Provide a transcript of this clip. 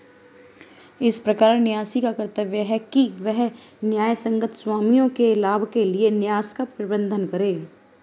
इस प्रकार न्यासी का कर्तव्य है कि वह न्यायसंगत स्वामियों के लाभ के लिए न्यास का प्रबंधन करे